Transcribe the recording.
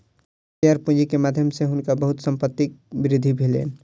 share पूंजी के माध्यम सॅ हुनका बहुत संपत्तिक वृद्धि भेलैन